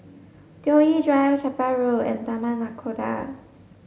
Toh Yi Drive Chapel Road and Taman Nakhoda